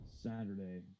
Saturday